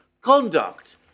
conduct